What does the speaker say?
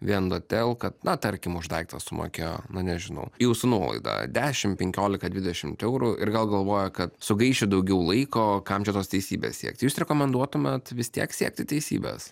vien todėl kad na tarkim už daiktą sumokėjo na nežinau jau su nuolaida dešimt penkiolika dvidešimt eurų ir gal galvoja kad sugaišiu daugiau laiko kam čia tos teisybės siekti jūs rekomenduotumėt vis tiek siekti teisybės